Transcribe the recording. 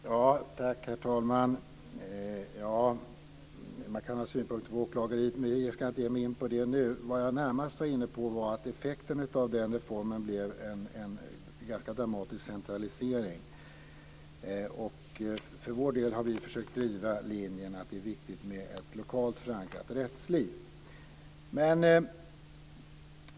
Herr talman! Man kan ha synpunkter på åklagarverksamheten, men jag ska inte ge mig in på det nu. Vad jag närmast var inne på var att effekten av den reformen blev en ganska dramatisk centralisering. För vår del har vi försökt driva linjen att det är viktigt med ett lokalt förankrat rättsliv.